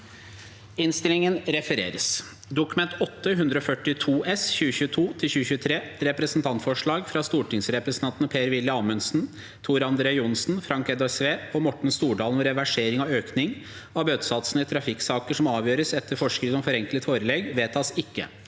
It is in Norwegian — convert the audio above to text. følgende v e d t a k : Dokument 8:142 S (2022–2023) – Representantforslag fra stortingsrepresentantene Per-Willy Amundsen, Tor André Johnsen, Frank Edvard Sve og Morten Stordalen om reversering av økningen av bøtesatsene i trafikksaker som avgjøres etter forskrift om forenklet forelegg – vedtas ikke.